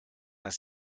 das